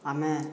ଆମେ